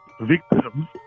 victims